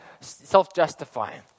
self-justifying